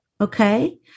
Okay